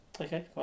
Okay